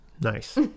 nice